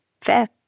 fair